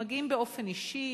מגיעים באופן אישי,